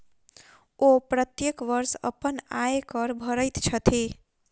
ओ प्रत्येक वर्ष अपन आय कर भरैत छथि